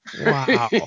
Wow